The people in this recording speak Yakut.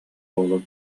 уолу